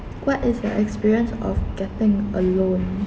what is your experience of getting a loan